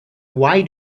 why